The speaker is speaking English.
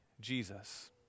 Jesus